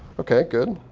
ok, good